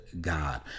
God